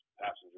passenger's